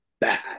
bad